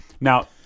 Now